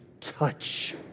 touch